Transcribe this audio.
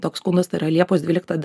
tai yra liepos dvylikta diena